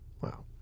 Wow